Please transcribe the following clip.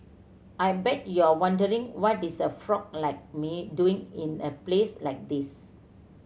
I bet you're wondering what is a frog like me doing in a place like this